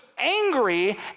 angry